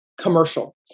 commercial